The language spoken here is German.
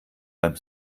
beim